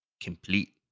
complete